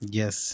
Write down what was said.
yes